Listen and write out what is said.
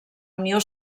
unió